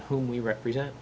whom we represent